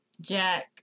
Jack